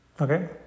okay